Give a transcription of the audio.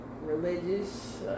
religious